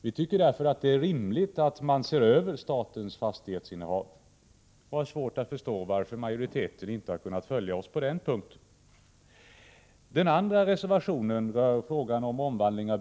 Vi tycker därför att det är rimligt att man ser över statens fastighetsinnehav och har svårt att förstå varför majoriteten inte har kunnat följa oss på den punkten.